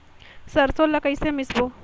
सरसो ला कइसे मिसबो?